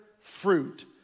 fruit